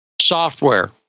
software